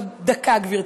עוד דקה, גברתי.